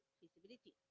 feasibility